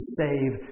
save